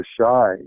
shy